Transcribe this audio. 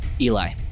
Eli